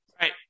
right